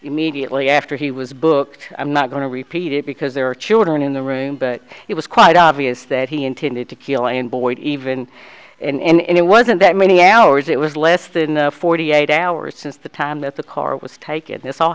immediately after he was booked i'm not going to repeat it because there are children in the room but it was quite obvious that he intended to kill him boyd even and it wasn't that many hours it was less than forty eight hours since the time that the car was taken this all